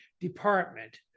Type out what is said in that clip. department